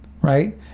right